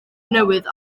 newydd